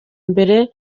mbere